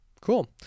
cool